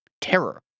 terror